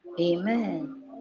Amen